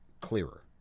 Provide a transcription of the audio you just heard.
Clearer